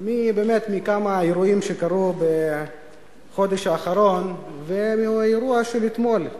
באמת מכמה אירועים שקרו בחודש האחרון ומהאירוע של אתמול,